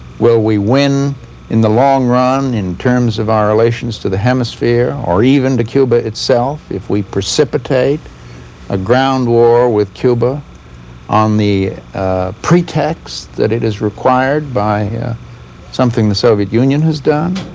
will we win in the long-run in terms of our relations to the hemisphere or even to cuba itself if we precipitate a ground war with cuba on the pretext that is required by yeah something the soviet union has done?